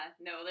No